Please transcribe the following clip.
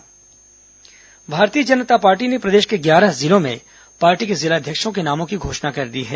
भाजपा जिलाध्यक्ष भारतीय जनता पार्टी ने प्रदेश के ग्यारह जिलों में पार्टी के जिलाध्यक्षों के नामों की घोषणा कर दी है